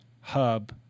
hub